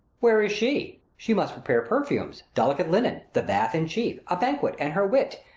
where is she? she must prepare perfumes, delicate linen, the bath in chief, a banquet, and her wit,